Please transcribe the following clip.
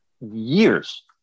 years